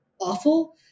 awful